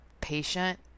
patient